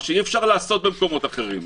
משהו שאי אפשר לעשות במקומות אחרים.